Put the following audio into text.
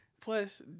Plus